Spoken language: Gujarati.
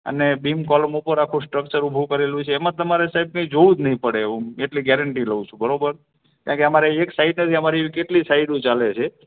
અને બીમ કૉલમ ઉપર આખું સ્ટ્ર્ક્ચર ઊભું કરેલું છે એમાં તમારે સાહેબ કંઈ જોવું જ નહીં પડે એવું એટલી ગૅરંટી લઉં છું બરાબર કારણ કે અમારે એક સાઈટ જ અમારે એવી કેટલી સાઈટું ચાલે છે